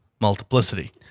multiplicity